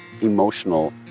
emotional